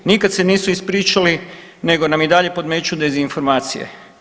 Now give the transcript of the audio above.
Nikad se nisu ispričali nego nam i dalje podmeću dezinformacije.